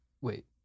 Wait